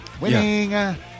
Winning